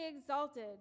exalted